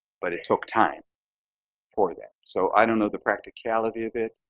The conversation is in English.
but it took time for that. so i don't know the practicality of it.